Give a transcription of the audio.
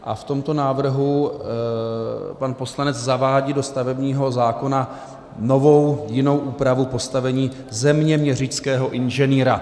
V tomto návrhu pan poslanec zavádí do stavebního zákona jinou úpravu postavení zeměměřického inženýra.